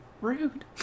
Rude